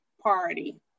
party